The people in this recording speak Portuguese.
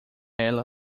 ela